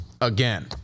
again